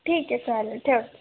ठीक आहे चालेल ठेवा